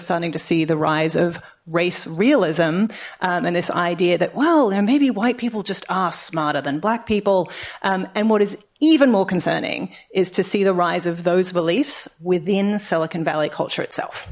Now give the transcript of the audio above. starting to see the rise of race realism and this idea that well there may be white people just are smarter than black people and what is even more concerning is to see the rise of those beliefs within silicon valley a culture itself